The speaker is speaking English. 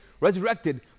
resurrected